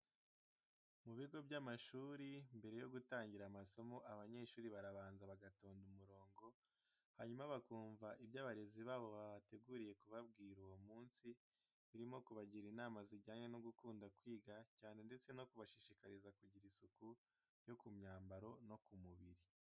Mu bigo by'amashuri mbere yo gutangira amasomo, abanyeshuri barabanza bagatonda umurongo, hanyuma bakumva ibyo abarezi babo babateguriye kubabwira uwo munsi, birimo kubagira inama zijyanye no gukunda kwiga cyane ndetse no kubashishikariza kugira isuku yo ku myambaro no ku mubiri.